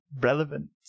relevant